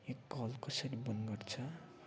यो कल कसरी बन्द गर्छ